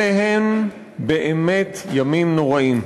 אלה הם באמת ימים נוראים.